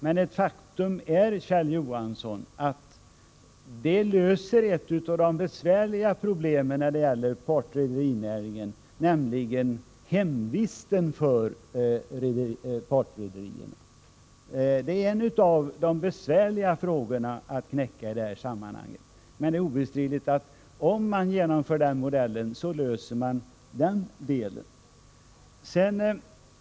Men ett faktum är att den löser ett av de besvärliga problemen när det gäller partrederinäringen, nämligen hemvisten för partrederiet. Obestridligt är att det problemet löses, om man genomför staketmodellen.